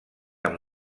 amb